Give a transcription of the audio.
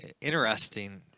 interesting